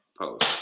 post